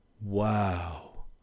wow